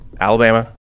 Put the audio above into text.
Alabama